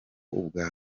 ubwa